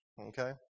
okay